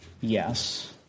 yes